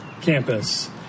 campus